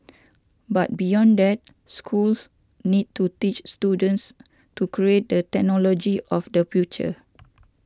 but beyond that schools need to teach students to create the technology of the future